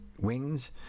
wins